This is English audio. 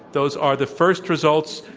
those are the first results.